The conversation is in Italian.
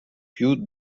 più